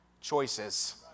choices